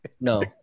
No